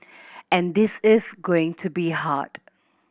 and this is going to be hard